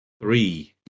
three